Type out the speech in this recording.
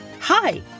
Hi